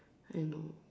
I know